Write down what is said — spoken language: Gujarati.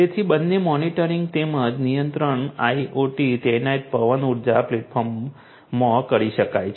તેથી બંને મોનિટરિંગ તેમજ નિયંત્રણ IoT તૈનાત પવન ઊર્જા પ્લેટફોર્મમાં કરી શકાય છે